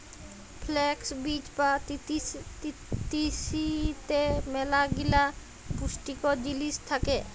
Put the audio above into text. flakes বীজ বা তিসিতে ম্যালাগিলা পুষ্টিকর জিলিস থ্যাকে